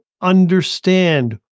understand